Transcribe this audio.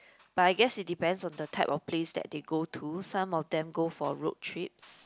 but I guess it depends on the type of place that they go to some of them go for road trips